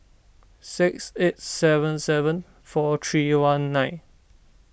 six eight seven seven four three one nine